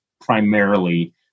primarily